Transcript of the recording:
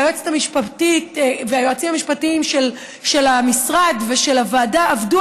והיועצים המשפטיים של המשרד ושל הוועדה עבדו